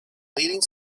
leading